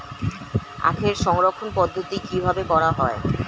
আখের সংরক্ষণ পদ্ধতি কিভাবে করা হয়?